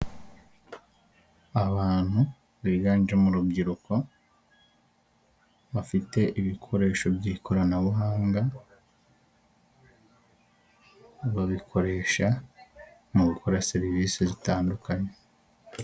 Abantu biganjemo urubyiruko, bafite ibikoresho by'ikoranabuhanga, babikoresha mu gukora serivise zitandukanye.